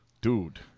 dude